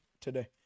today